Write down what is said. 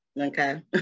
Okay